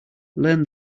learn